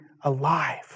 alive